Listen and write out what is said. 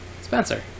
Spencer